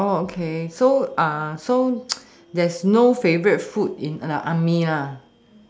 oh okay so uh so there's no favorite food in the army lah